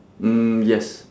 mm yes